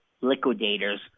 Liquidators